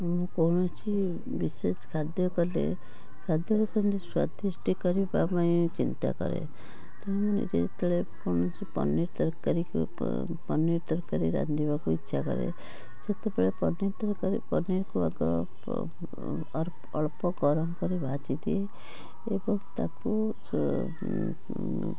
କୌଣସି ବିଶେଷ ଖାଦ୍ୟ କଲେ ଖାଦ୍ୟକୁ କେମତି ସ୍ଵାଦିଷ୍ଟ କରିବା ପାଇଁ ଚିନ୍ତା କରେ କିନ୍ତୁ ଯେତେବେଳେ କୌଣସି ପନିର ତରକାରୀକୁ ପନିର ତରକାରୀ ରାନ୍ଧିବାକୁ ଇଚ୍ଛା କରେ ସେତେବେଳେ ପର୍ଯ୍ୟନ୍ତ ପନିରକୁ ଆଗ ଅଳ୍ପ ଗରମ କରି ଭାଜିଦିଏ ଏବଂ ତାକୁ